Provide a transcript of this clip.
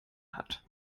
hat